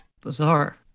Bizarre